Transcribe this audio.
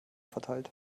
verteilt